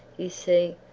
you see,